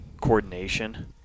coordination